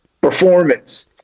performance